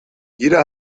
jeder